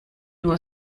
nur